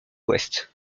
ouest